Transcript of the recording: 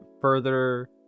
further